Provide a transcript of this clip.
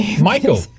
michael